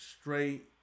straight